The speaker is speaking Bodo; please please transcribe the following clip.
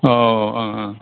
औ औ